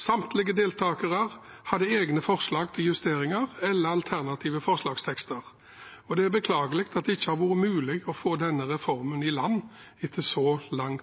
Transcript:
Samtlige deltakere hadde egne forslag til justeringer eller alternative forslagstekster. Det er beklagelig at det ikke har vært mulig å få denne reformen i land etter så lang